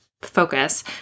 focus